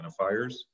identifiers